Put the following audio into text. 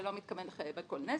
זה לא מתכוון לחייב על כל נזק,